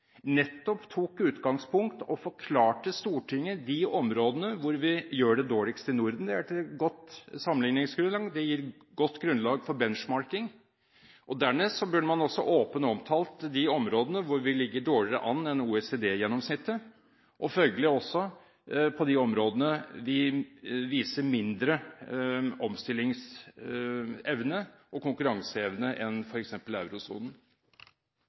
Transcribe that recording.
nettopp tok utgangspunkt i og forklarte Stortinget de områdene hvor vi gjør det dårligst i Norden. Det gir et godt sammenligningsgrunnlag, det gir godt grunnlag for benchmarking. Dernest burde man åpent omtalt de områdene hvor vi ligger dårligere an enn OECD-gjennomsnittet, og følgelig også på de områdene vi viser mindre omstillingsevne og konkurranseevne enn f.eks. eurosonen.